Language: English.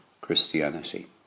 Christianity